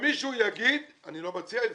שמישהו יגיד אני לא מציע את זה